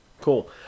Cool